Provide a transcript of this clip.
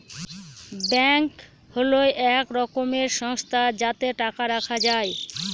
bank হল এক রকমের সংস্থা যাতে টাকা রাখা যায়